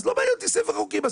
אז לא מעניין אותי ספר החוקים,